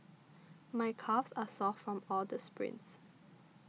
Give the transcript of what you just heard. my calves are sore from all the sprints